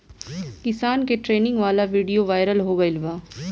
किसान के ट्रेनिंग वाला विडीओ वायरल हो गईल बा